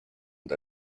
and